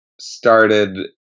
started